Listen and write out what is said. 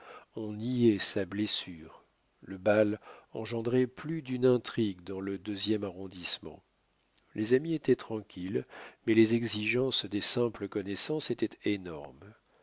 on niait sa blessure le bal engendrait plus d'une intrigue dans le deuxième arrondissement les amis étaient tranquilles mais les exigences des simples connaissances étaient énormes